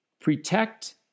protect